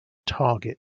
target